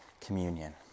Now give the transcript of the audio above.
Communion